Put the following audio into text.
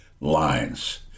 lines